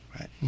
Right